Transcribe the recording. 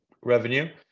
revenue